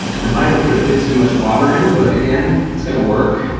i might've put a bit too much water in, but again it's gonna work.